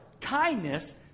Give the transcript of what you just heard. kindness